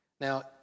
Now